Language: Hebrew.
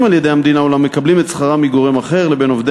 על-ידי המדינה אולם מקבלים את שכרם מגורם אחר לבין עובדי